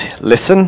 listen